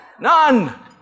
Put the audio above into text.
None